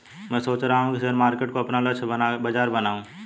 मैं सोच रहा हूँ कि शेयर मार्केट को अपना लक्ष्य बाजार बनाऊँ